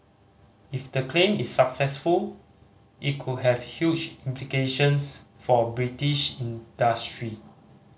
if the claim is successful it could have huge implications for British industry